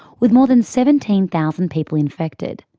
with more than seventeen thousand people infected.